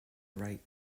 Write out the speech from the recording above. right